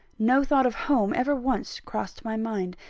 no thought of home ever once crossed my mind.